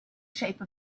shape